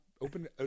open